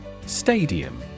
Stadium